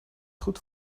goed